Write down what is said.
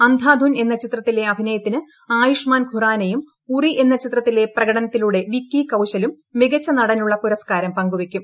അന്ധാധുൻ എന്ന ചിത്രത്തിലെ അഭിനയത്തിന് ആയുഷ്മാൻ ഖുറാനയും ഉറി എന്ന ചിത്രത്തിലെ പ്രകടനത്തിലൂടെ വിക്കി കൌശലും മികച്ച നടനുളള പുരസ്കാരം പങ്കു വയ്ക്കും